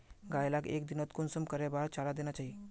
गाय लाक एक दिनोत कुंसम करे बार चारा देना चही?